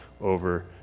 over